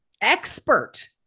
expert